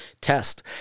Test